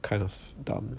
kind of dumb